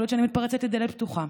יכול להיות שאני מתפרצת לדלת פתוחה.